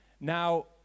Now